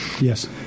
Yes